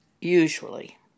usually